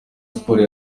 sports